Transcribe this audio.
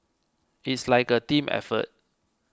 it's like a team effort